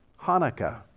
Hanukkah